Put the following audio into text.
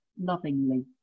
lovingly